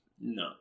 no